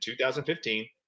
2015